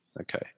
Okay